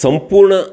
सम्पूर्णं